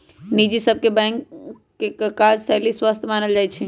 निजी बैंक सभ के काजशैली स्वस्थ मानल जाइ छइ